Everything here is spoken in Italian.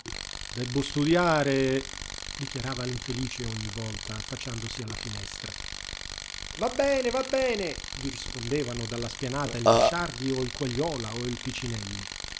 debbo studiare dichiarava l'infelice ogni volta affacciandosi alla finestra va bene va bene gli rispondevano dalla spianata il mesciardi o il quagliola o il picinelli